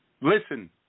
Listen